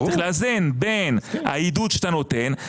צריך לאזן בין העידוד שאתה נותן,